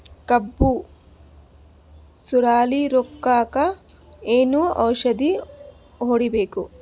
ಕಬ್ಬು ಸುರಳೀರೋಗಕ ಏನು ಔಷಧಿ ಹೋಡಿಬೇಕು?